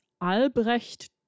Albrecht